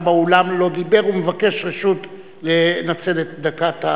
באולם שלא דיבר ומבקש רשות לנצל את הדקה?